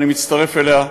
ואני מצטרף אליה,